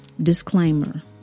Disclaimer